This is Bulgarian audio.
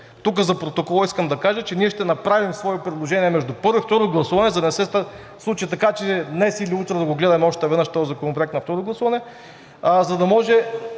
тук за протокола искам да кажа, че ние ще направим свои предложения между първо и второ гласуване, за да не се случи така, че днес или утре да го гледаме още веднъж този законопроект на второ гласуване, за да може